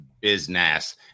business